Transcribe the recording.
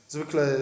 Zwykle